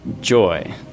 Joy